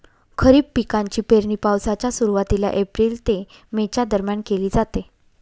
खरीप पिकांची पेरणी पावसाच्या सुरुवातीला एप्रिल ते मे च्या दरम्यान केली जाते